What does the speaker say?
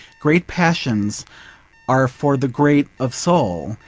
great passions are for the great of soul,